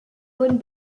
wurden